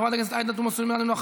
חברת הכנסת עאידה תומא סלימאן,